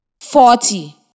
forty